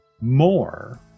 more